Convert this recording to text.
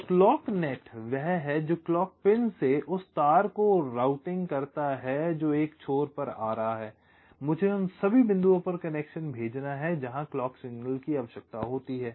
तो clock net वह है जो क्लॉक पिन से उस तार को राउटिंग करता है जो एक छोर पर आ रहा है मुझे उन सभी बिंदुओं पर कनेक्शन भेजना है जहां क्लॉक सिग्नल की आवश्यकता होती है